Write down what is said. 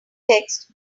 text